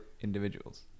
individuals